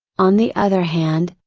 on the other hand,